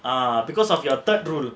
ah because of your third rule